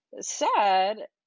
sad